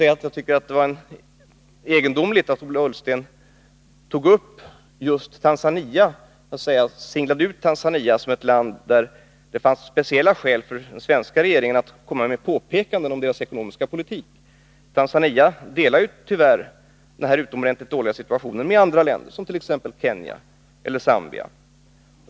Jag tycker att det var egendomligt att Ola Ullsten så att säga singlade ut Tanzania som ett land där det fanns speciella skäl för den svenska regeringen att komma med påpekanden om dess ekonomiska politik. Tanzania delar tyvärr den här utomordentligt dåliga situationen med andra länder som exempelvis Kenya och Zambia.